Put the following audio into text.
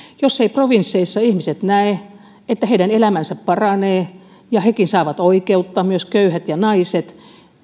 jos provinsseissa ihmiset eivät näe että heidän elämänsä paranee ja hekin saavat oikeutta myös köyhät ja naiset